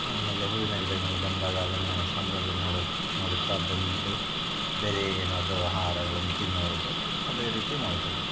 ಆಮೇಲೆ ಹೂವಿನ ಗಿಡಗಳು ಬಂದಾಗ ಅದನ್ನು ಸೌಂದರ್ಯ ನೋಡು ನೋಡುತ್ತಾ ಬಂದು ಬೇರೆ ಏನಾದರೂ ಆಹಾರಗಳನ್ನ ತಿನ್ನುವುದು ಅದೇ ರೀತಿ ಮಾಡುತ್ತದೆ